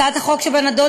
הצעת החוק שבנדון,